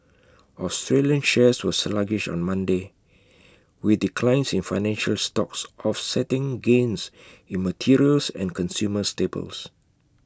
Australian shares were sluggish on Monday with declines in financial stocks offsetting gains in materials and consumer staples